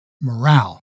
Morale